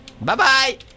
Bye-bye